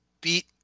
beat